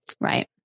Right